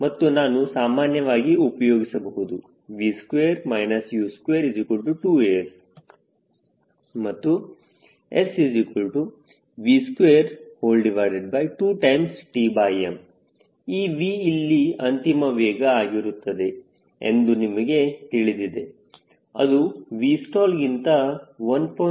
aTm ಮತ್ತು ನಾನು ಸಾಮಾನ್ಯವಾಗಿ ಉಪಯೋಗಿಸಬಹುದು V2 U22as ಮತ್ತು sV22Tm ಈ V ಇಲ್ಲಿ ಅಂತಿಮ ವೇಗ ಆಗಿರುತ್ತದೆ ಎಂದು ನಮಗೆ ತಿಳಿದಿದೆ ಅದು Vstall ಗಿಂತ 1